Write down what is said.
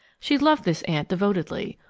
she loved this aunt devotedly,